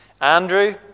Andrew